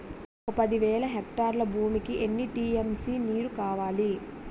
ఒక పది వేల హెక్టార్ల భూమికి ఎన్ని టీ.ఎం.సీ లో నీరు కావాలి?